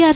R